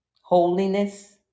holiness